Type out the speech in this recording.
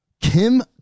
Kim